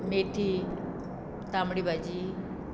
मेथी तांबडी भाजी